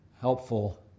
helpful